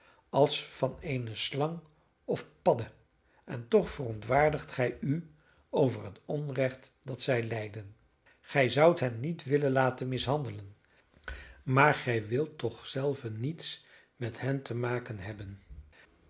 als van eene slang of padde en toch verontwaardigt gij u over het onrecht dat zij lijden gij zoudt hen niet willen laten mishandelen maar gij wilt toch zelven niets met hen te maken hebben